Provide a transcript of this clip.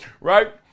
right